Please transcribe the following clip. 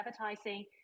advertising